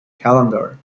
calendar